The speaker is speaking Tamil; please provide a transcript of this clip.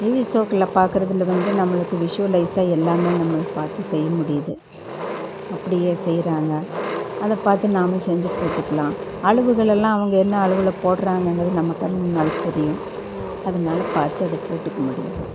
டிவி ஷோக்களில் பார்க்குறதுல வந்து நம்மளுக்கு விஷுவலைஸ்ஸாக எல்லாமே நம்ம பார்த்து செய்ய முடியுது அப்படியே செய்கிறாங்க அதை பார்த்து நாமும் செஞ்சு போட்டுக்கலாம் அளவுகளையெல்லாம் அவங்க என்ன அளவில் போட்கிறாங்கங்குறது நம்ம கண் முன்னால் தெரியும் அதனால பார்த்து அதை போட்டுக்க முடியுது